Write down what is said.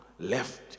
left